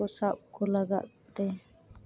ᱦᱟᱹᱠᱩ ᱥᱟᱵ ᱠᱚ ᱞᱟᱜᱟᱫ ᱛᱮ